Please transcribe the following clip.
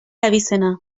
abizena